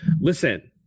Listen